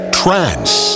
trance